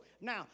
Now